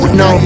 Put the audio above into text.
no